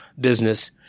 business